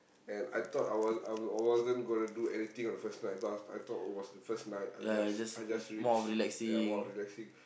and I thought I wa~ I was wasn't gonna do anything on the first night cause I I thought it was the first night I just I just reach ya while relaxing